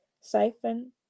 siphon